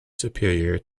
superior